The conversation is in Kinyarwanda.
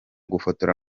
gufotora